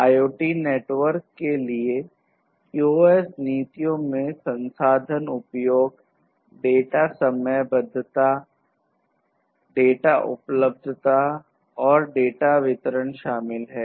IoT network के लिए QoS नीतियों में संसाधन उपयोग शामिल है